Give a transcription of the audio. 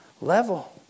level